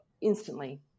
instantly